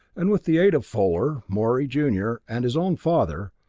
and with the aid of fuller, morey junior, and his own father,